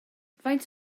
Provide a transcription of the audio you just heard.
faint